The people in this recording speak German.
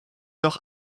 noch